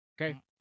Okay